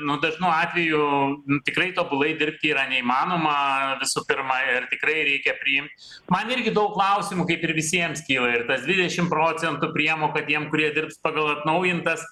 nu dažnu atveju tikrai tobulai dirbti yra neįmanoma visų pirma ir tikrai reikia priimt man irgi daug klausimų kaip ir visiems kyla ir tas dvidešim procentų priemoka tiem kurie dirbs pagal atnaujintas